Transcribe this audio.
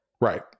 Right